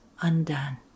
undone